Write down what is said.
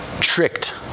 tricked